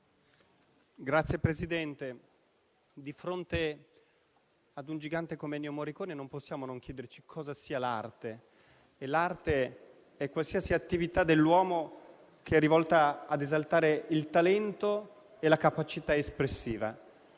Signor Presidente, di fronte ad un gigante come Ennio Morricone non possiamo non chiederci cosa sia l'arte: l'arte è qualsiasi attività dell'uomo rivolta ad esaltare il talento e la capacità espressiva.